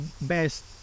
best